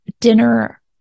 dinner